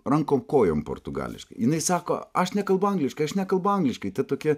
rankom kojom portugališkai jinai sako aš nekalbu angliškai aš nekalbu angliškai ta tokia